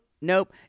nope